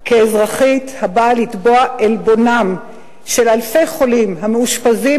כאזרחית הבאה לתבוע עלבונם של אלפי חולים המאושפזים